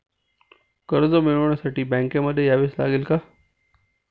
कर्ज मिळवण्यासाठी बँकेमध्ये यावेच लागेल का?